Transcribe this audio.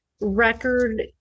record